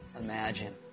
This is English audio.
imagine